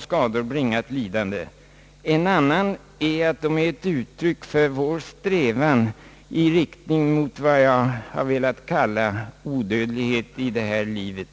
skador bringat lidande, en annan är att de är uttryck för vår strävan i riktning mot vad jag har velat kalla odödlighet i detta liv.